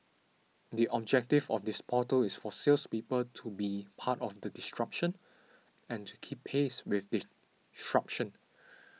the objective of this portal is for salespeople to be part of the disruption and to keep pace with disruption